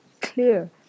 Clear